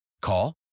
Call